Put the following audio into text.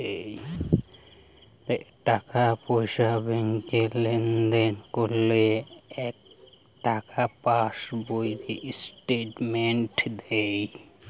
টাকা পয়সা ব্যাংকে লেনদেন করলে একটা পাশ বইতে স্টেটমেন্ট দেয়